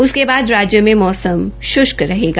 उसके बाद राज्य में मौसम शृष्क रहेगा